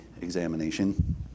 examination